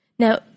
Now